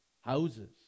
houses